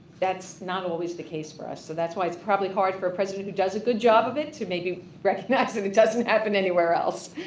that's not always the case for us so that's why it's probably hard for a president who does a good job of it to maybe recognize but it doesn't happen anywhere else.